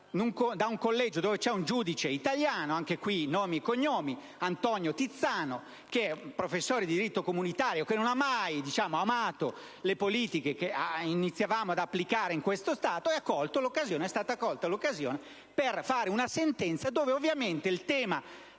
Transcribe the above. da un collegio con un giudice italiano (Antonio Tizzano, professore di diritto comunitario) che non ha mai amato le politiche che iniziavamo ad applicare in questo Stato, è stata colta l'occasione per fare una sentenza dove ovviamente il tema